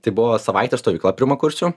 tai buvo savaitės stovykla pirmakursių